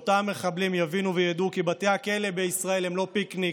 אותם מחבלים יבינו וידעו כי בתי הכלא בישראל הם לא פיקניק.